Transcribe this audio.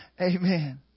Amen